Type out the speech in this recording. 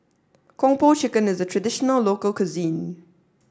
Kung Po Chicken is a traditional local cuisine